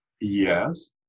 Yes